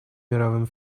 мировым